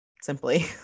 simply